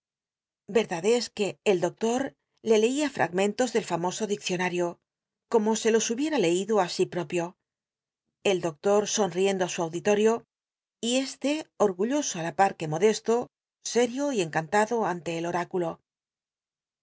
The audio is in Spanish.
verdad es que el doctor le leia fragmentos del famoso diccionario como se los hubiea leido á sí propio el doctor sonriendo á su auditorio y este orgulloso á la par que modesto sério y encantado ante el oráculo